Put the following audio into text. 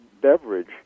beverage